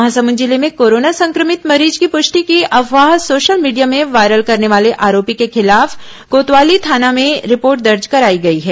महासमुंद जिले में कोरोना संक्रमित मरीज की पुष्टि की अफवाह सोशल मीडिया में वायरल करने वाले आरोपी के खिलाफ कोतवाली थाना में रिपोर्ट दर्ज कराई गई है